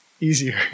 easier